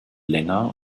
länger